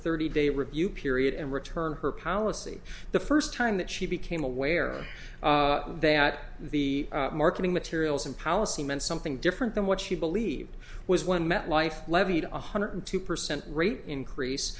thirty day review period and return her policy the first time that she became aware that the marketing materials and policy meant something different than what she believed was one metlife levied one hundred two percent rate increase